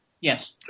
Yes